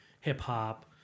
hip-hop